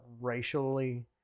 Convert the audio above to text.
racially